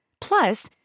Plus